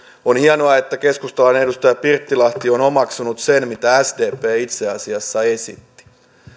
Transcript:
on hienoa että keskustalainen edustaja pirttilahti on omaksunut sen mitä sdp itse asiassa esitti